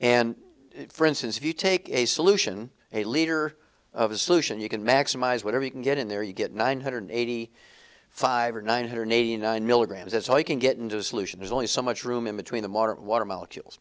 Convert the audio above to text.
and for instance if you take a solution a leader of a solution you can maximize whatever you can get in there you get nine hundred eighty five or nine hundred eighty nine milligrams that's all you can get into solution there's only so much room in between the moderate water molecules